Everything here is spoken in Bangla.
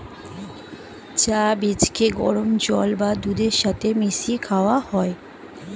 চা বীজকে গরম জল বা দুধের সাথে মিশিয়ে খাওয়া হয়